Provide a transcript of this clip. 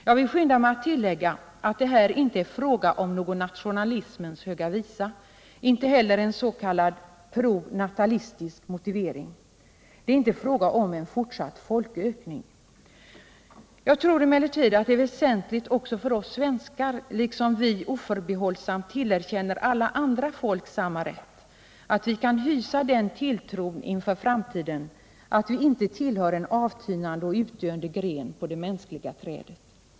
Jag vill skynda mig att tillägga att det här icke är fråga om någon nationalismens höga visa, inte heller en s.k. pronatalistisk motivering. Det är inte fråga om en fortsatt folkökning. Jag tror emellertid att det är väsentligt också för oss svenskar att vi, liksom vi oförbehållsamt tillerkänner alla andra folk samma rätt, kan hysa den tilltron inför framtiden att vi inte tillhör en avtynande och utdöende gren på det mänskliga trädet.